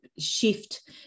shift